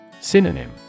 Synonym